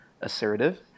assertive